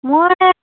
মই